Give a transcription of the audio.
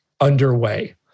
underway